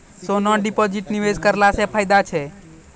सोना deposit निवेश करला से फैदा छै?